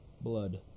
Blood